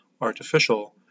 artificial